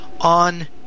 on